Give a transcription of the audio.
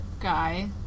guy